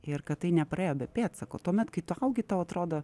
ir kad tai nepraėjo be pėdsako tuomet kai tu augi tau atrodo